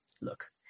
Look